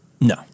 No